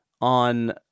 on